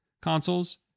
consoles